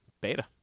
Beta